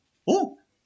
oh